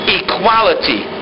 equality